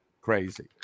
crazy